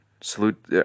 salute